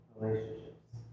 relationships